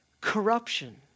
corruption